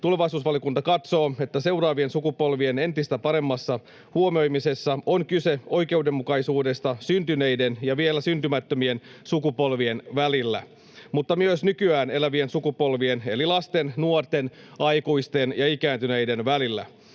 Tulevaisuusvaliokunta katsoo, että seuraavien sukupolvien entistä paremmassa huomioimisessa on kyse oikeudenmukaisuudesta syntyneiden ja vielä syntymättömien sukupolvien välillä mutta myös nykyään elävien sukupolvien eli lasten, nuorten, aikuisten ja ikääntyneiden välillä.